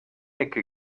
ecke